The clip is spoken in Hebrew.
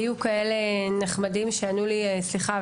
היו כאלה נחמדים שענו לי: סליחה,